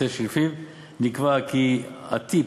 שלפיו נקבע כי הטיפ,